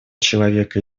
человека